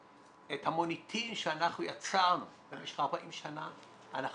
המוניטין שאנחנו יצרנו במשך 40 שנה אנחנו